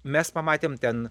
mes pamatėm ten